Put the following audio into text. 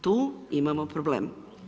Tu imamo problem.